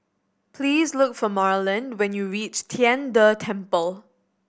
please look for Marland when you reach Tian De Temple